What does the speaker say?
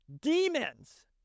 demons